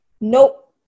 nope